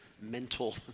mental